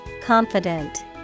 Confident